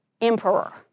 emperor